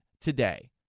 today